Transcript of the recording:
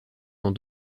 dans